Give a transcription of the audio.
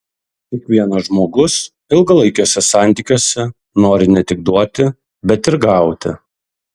kiekvienas žmogus ilgalaikiuose santykiuose nori ne tik duoti bet ir gauti